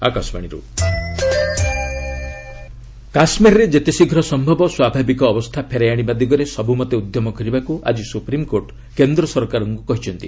SC Kashmir media କାଶ୍ୱୀରରେ ଯେତେଶୀଘ୍ର ସମ୍ଭବିକ ଅବସ୍ଥା ଫେରାଇ ଆଣିବା ଦିଗରେ ସବୁମତେ ଉଦ୍ୟମ କରିବାକୁ ଆଜି ସୁପ୍ରିମ୍କୋର୍ଟ କେନ୍ଦ୍ର ସରକାରଙ୍କୁ କହିଛନ୍ତି